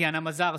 טטיאנה מזרסקי,